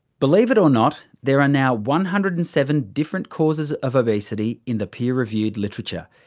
believe it or not, there are now one hundred and seven different causes of obesity in the peer-reviewed literature,